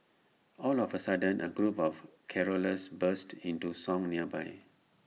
all of A sudden A group of carollers burst into song nearby